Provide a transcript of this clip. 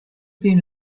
being